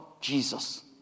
Jesus